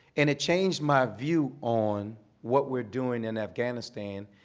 and it changed my view on what we're doing in afghanistan,